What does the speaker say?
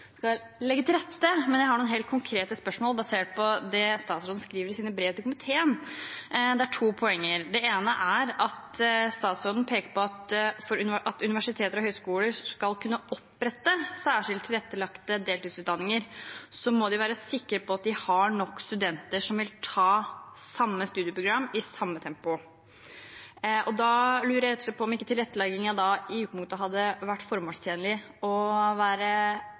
skal legge til rette. Men jeg har noen helt konkrete spørsmål basert på det statsråden skriver i sine brev til komiteen. Det er to poenger. Det ene er at statsråden peker på at for at universiteter og høyskoler skal kunne opprette særskilt tilrettelagte deltidsutdanninger, må de være sikre på at de har nok studenter som vil ta samme studieprogram i samme tempo. Da lurer jeg rett og slett på om det ikke da i utgangspunktet hadde vært formålstjenlig om en slik tilrettelegging kunne vært tilgjengelig for flere, for da å